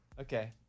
Okay